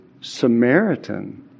Samaritan